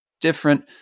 different